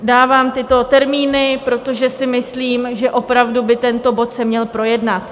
Dávám tyto termíny, protože si myslím, že opravdu by tento bod se měl projednat.